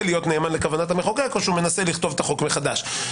להיות נאמן לכוונת המחוקק או מנסה לכתוב את החוק מחדש.